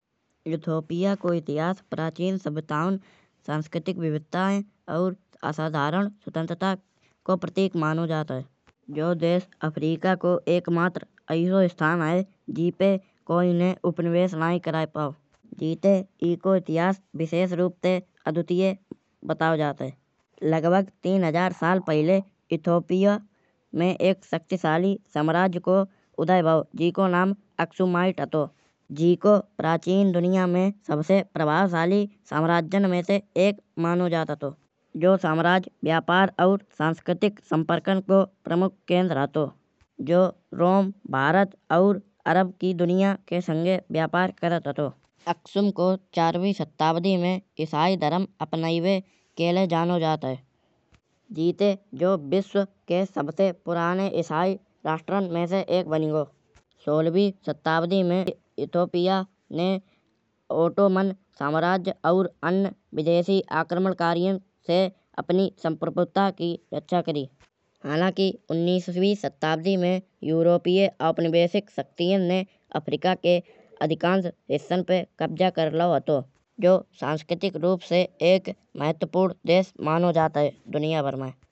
युथोपिया को इतिहास प्राचीन सभ्यताओं सांस्कृतिक विविधताएँ और असाधारण स्वतंत्रता को प्रतीक मानो जात है। जऊ देश आफ्रिका को एक मात्र ऐसो स्थान है। जीपे कोई ने उपनिवेश नायी करायें पाओ। जीते एको इतिहास विशेष रूप ते अद्वितीय बताओ जात है। लगभग तीन हजार साल पहिले इथोपिया में एक शक्तिशाली साम्राज्य को उदय भाओ। जीको नाम अक्सुमाइट हतो। जीको प्राचीन दुनिया में सबसे प्रभावशाली साम्राज्यन में ते एक मानो जात हतो। जो साम्राज्य व्यापार और सांस्कृतिक संपर्क को प्रमुख केंद्र हतो। जो रोम भारत और अरब की दुनिया के संगहाये व्यापार करत हतो। अक्सुम को चारवी सताब्दी में इसाई धर्म अपनाइबे के लये जानो जात है। जीते जो विश्व के सबते पुराने इसाई राष्ट्रन में से एक बनी गाओ। सोहलावी सताब्दी में इथोपिया ने ओटोमन साम्राज्य और अन्य विदेशी आक्रमण कारीं से अपनी सफलता की रक्षा करी। हालांकि उन्नीसवी सताब्दी में यूरोपीय उपनिवेशक शक्तियन में अफ्रीका के अधिकांश हिस्सन पे कब्जा कर लाओ हतो। जो सांस्कृतिक रूप से एक महत्त्वपूर्ण देश मानो जात है दुनिया भर मे।